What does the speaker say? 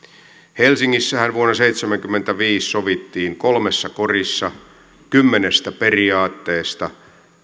helsingissähän vuonna seitsemänkymmentäviisi sovittiin kolmessa korissa kymmenestä periaatteesta